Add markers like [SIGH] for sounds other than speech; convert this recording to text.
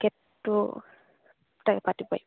[UNINTELLIGIBLE]